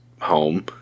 home